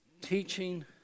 Teaching